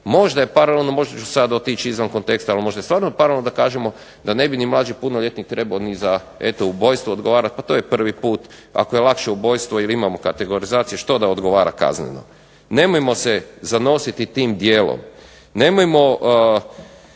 možda je paralelno možda ću sad otići izvan konteksta. Ali možda je stvarno paralelno da kažemo da ne bi ni mlađi punoljetnik trebao ni za eto ubojstvo odgovarati. Pa to je prvi put. Ako je lakše ubojstvo jer imamo kategorizaciju što da odgovara kazneno. Nemojmo se zanositi tim dijelom. Nemojmo